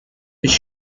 which